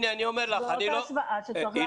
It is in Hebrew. זו השוואה שצריך לעשות.